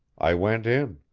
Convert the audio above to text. i went in.